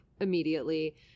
immediately